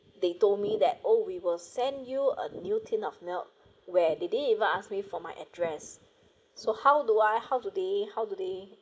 they told me that oh we will send you a new tin of milk where they didn't even ask me for my address so how do I how do they how do they